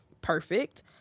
perfect